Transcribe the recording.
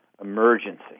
emergency